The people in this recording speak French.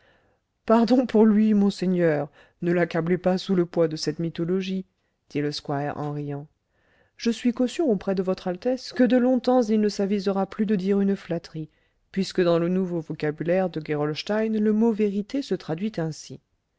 pardon pour lui monseigneur ne l'accablez pas sous le poids de cette mythologie dit le squire en riant je suis caution auprès de votre altesse que de longtemps il ne s'avisera plus de dire une flatterie puisque dans le nouveau vocabulaire de gerolstein le mot vérité se traduit ainsi